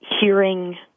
hearing